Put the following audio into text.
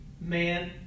man